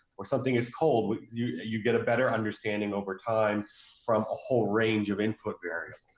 or something is cold. you you get a better understanding over time from a whole range of input variables.